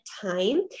time